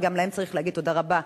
אבל גם להם צריך להגיד תודה רבה,